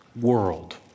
world